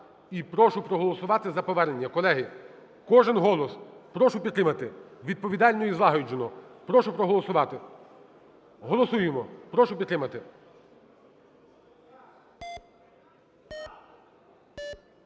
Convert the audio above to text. і прошу проголосувати за повернення. Колеги, кожен голос. Прошу підтримати відповідально і злагоджено. Прошу проголосувати, голосуємо. Прошу підтримати.